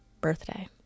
birthday